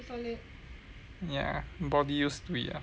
ya body used to it ah